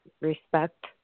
respect